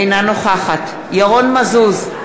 אינה נוכחת ירון מזוז,